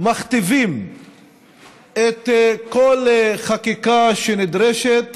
מכתיבים כל חקיקה שנדרשת